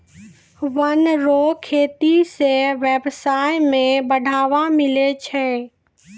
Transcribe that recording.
वन रो खेती से व्यबसाय में बढ़ावा मिलै छै